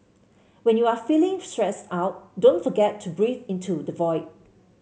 when you are feeling stressed out don't forget to breathe into the void